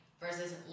Versus